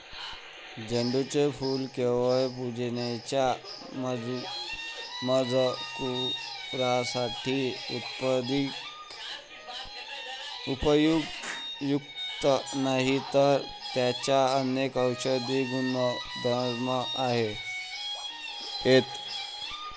झेंडूचे फूल केवळ पूजेच्या मजकुरासाठी उपयुक्त नाही, तर त्यात अनेक औषधी गुणधर्म आहेत